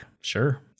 sure